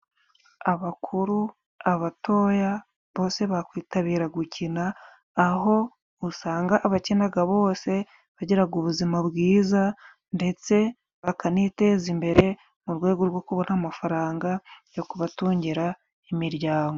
Abakuru, abatoya bose bakwitabira gukina aho usanga abakinaga bose bagiraga ubuzima bwiza, ndetse bakaniteza imbere mu rwego rwo kubona amafaranga yo kubatungira imiryango.